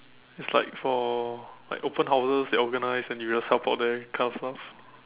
it's like for like open houses they organize then you just help out there kind of stuff